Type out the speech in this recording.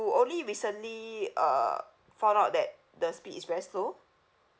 only recently uh found out that the speed is very slow